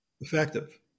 effective